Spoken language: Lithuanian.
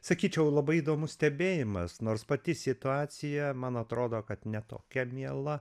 sakyčiau labai įdomus stebėjimas nors pati situacija man atrodo kad ne tokia miela